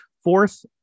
Fourth